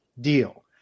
deal